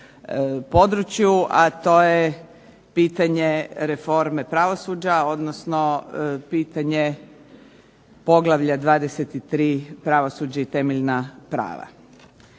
području, a to je pitanje reforme pravosuđa, odnosno pitanje Poglavlja 23. - Pravosuđe i temeljna prava.